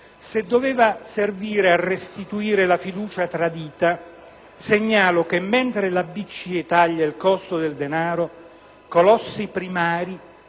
Se doveva servire a restituire la fiducia tradita, segnalo che mentre la BCE taglia il costo del denaro, colossi primari